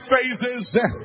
phases